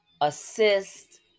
assist